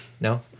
No